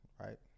Right